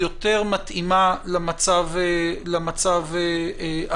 יותר מתאימה למצב הנוכחי,